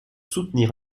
soutenir